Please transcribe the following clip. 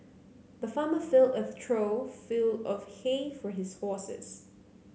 the farmer filled a trough fill of hay for his horses